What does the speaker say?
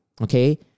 Okay